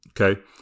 okay